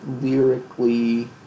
lyrically